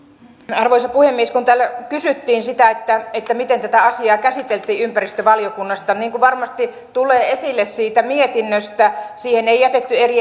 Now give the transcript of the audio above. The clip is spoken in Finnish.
arvoisa puhemies täällä kysyttiin sitä miten tätä asiaa käsiteltiin ympäristövaliokunnassa niin kuin varmasti tulee esille siitä mietinnöstä siihen ei jätetty